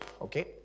okay